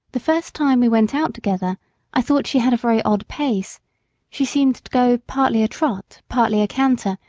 the first time we went out together i thought she had a very odd pace she seemed to go partly a trot, partly a canter,